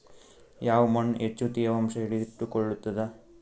ಯಾವ್ ಮಣ್ ಹೆಚ್ಚು ತೇವಾಂಶ ಹಿಡಿದಿಟ್ಟುಕೊಳ್ಳುತ್ತದ?